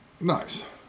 Nice